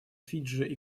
фиджи